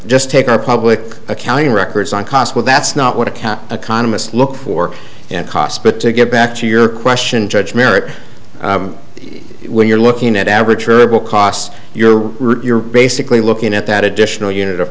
just take our public accounting records on cost well that's not what account economists look for and cost but to get back to your question judge merit when you're looking at average verbal cost you're route you're basically looking at that additional unit of